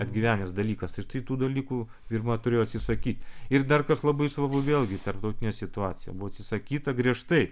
atgyvenęs dalykas ir tai tų dalykų pirma turėjau atsisakyti ir dar kas labai svarbu vėlgi tarptautinė situacija buvo atsisakyta griežtai